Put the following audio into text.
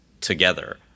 together